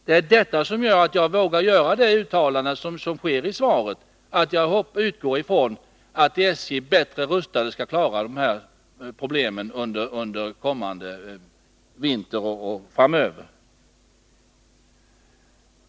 Det är detta som gör att jag vågar göra uttalandet i svaret, att jag utgår från att SJ bättre rustat skall klara problemen under kommande vinter och även framöver.